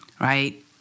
right